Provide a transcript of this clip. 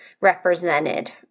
represented